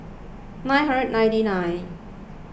nine hundred ninety nine